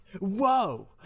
whoa